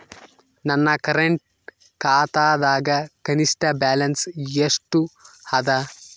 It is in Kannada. ನನ್ನ ಕರೆಂಟ್ ಖಾತಾದಾಗ ಕನಿಷ್ಠ ಬ್ಯಾಲೆನ್ಸ್ ಎಷ್ಟು ಅದ